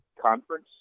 conference